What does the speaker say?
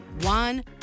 one